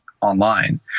online